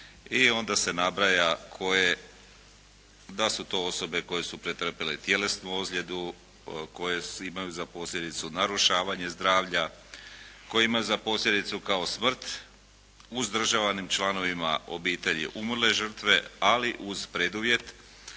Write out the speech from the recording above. i onda se nabraja koje, da su to osobe koje su pretrpile tjelesnu ozljedu, koje imaju za posljedicu narušavanje zdravlja, koji ima za posljedicu kao smrt uzdržavanim članovima obitelji umrle žrtve, ali uz preduvjet